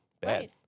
bad